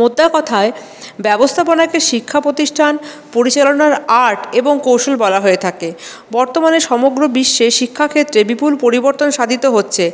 মোদ্দা কথায় ব্যবস্থাপনা একটি শিক্ষা প্রতিষ্ঠান পরিচালনার আর্ট এবং কৌশল বলা হয়ে থাকে বর্তমানে সমগ্র বিশ্বে শিক্ষাক্ষেত্রে বিপুল পরিবর্তন সাধিত হচ্ছে